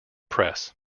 press